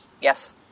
Yes